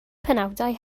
penawdau